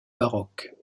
baroque